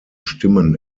stimmen